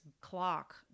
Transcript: clock